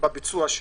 בביצוע שלה.